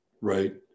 right